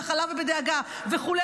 בהכלה ובדאגה וכו'.